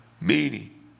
meaning